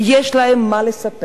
יש להן מה לספר,